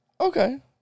Okay